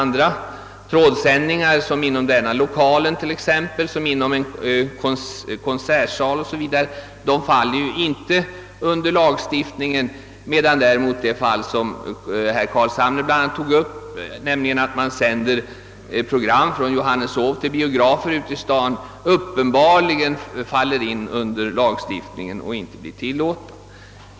Vissa trådsändningar, t.ex. inom denna lokal, i en konsertsal o. s. v., faller inte under lagstiftningen, medan däremot det fall herr Carlshamre tog upp, nämligen sändning av program från Johanneshov till biografer ute i staden, uppenbarligen omfattas av lagstiftningen och inte blir tillåten.